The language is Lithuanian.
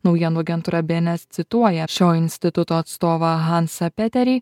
naujienų agentūra bns cituoja šio instituto atstovą hansą peterį